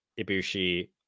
Ibushi